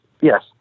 Yes